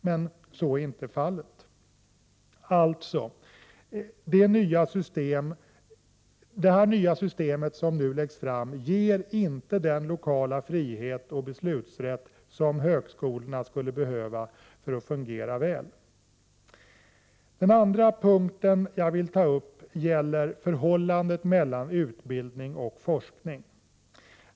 Men så är inte fallet. Det förslag till nytt system som nu läggs fram ger inte den lokala frihet och den beslutsrätt som högskolorna skulle behöva för att fungera väl. Den andra punkten jag vill ta upp gäller förhållandet mellan utbildning och forskning.